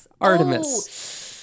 Artemis